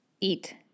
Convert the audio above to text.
eat